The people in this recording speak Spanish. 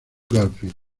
garfield